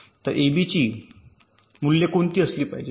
तर एबीची मूल्ये कोणती असली पाहिजेत किंवा